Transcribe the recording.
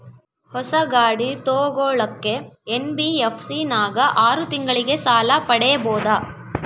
ಹೊಸ ಗಾಡಿ ತೋಗೊಳಕ್ಕೆ ಎನ್.ಬಿ.ಎಫ್.ಸಿ ನಾಗ ಆರು ತಿಂಗಳಿಗೆ ಸಾಲ ಪಡೇಬೋದ?